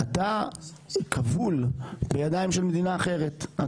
אתה כבול בידיים של מדינה אחרת.